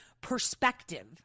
perspective